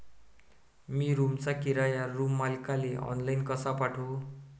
मी रूमचा किराया रूम मालकाले ऑनलाईन कसा पाठवू?